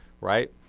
Right